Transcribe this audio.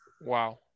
wow